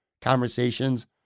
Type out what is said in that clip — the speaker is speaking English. conversations